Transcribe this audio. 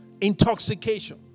intoxication